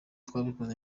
twabikoze